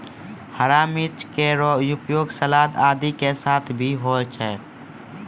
हरा मिर्च केरो उपयोग सलाद आदि के साथ भी होय छै